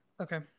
Okay